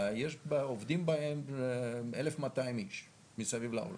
עובדים בה 1,200 איש מסביב לעולם.